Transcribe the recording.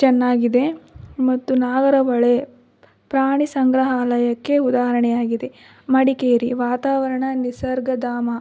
ಚೆನ್ನಾಗಿದೆ ಮತ್ತು ನಾಗರಹೊಳೆ ಪ್ರಾಣಿಸಂಗ್ರಹಾಲಯಕ್ಕೆ ಉದಾಹರಣೆಯಾಗಿದೆ ಮಡಿಕೇರಿ ವಾತಾವರಣ ನಿಸರ್ಗಧಾಮ